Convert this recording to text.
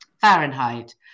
Fahrenheit